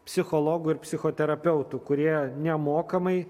psichologų ir psichoterapeutų kurie nemokamai